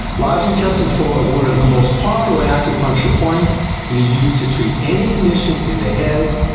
large intestine four is one of the most popular acupuncture points and is used to treat any condition in the head,